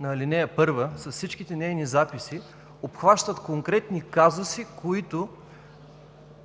на ал. 1 с всичките нейни записи обхваща конкретни казуси, които